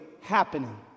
happening